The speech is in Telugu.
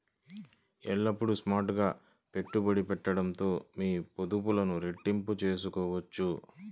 ఎల్లప్పుడూ స్మార్ట్ గా పెట్టుబడి పెట్టడంతో మీ పొదుపులు రెట్టింపు చేసుకోవచ్చు